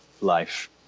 life